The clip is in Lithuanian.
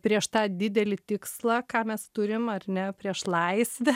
prieš tą didelį tikslą ką mes turim ar ne prieš laisvę